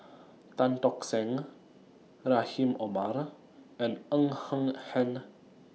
Tan Tock Seng Rahim Omar and Ng Eng Hen